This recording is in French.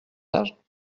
âge